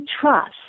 trust